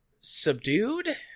subdued